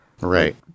Right